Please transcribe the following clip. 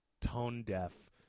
tone-deaf